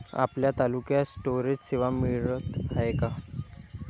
आपल्या तालुक्यात स्टोरेज सेवा मिळत हाये का?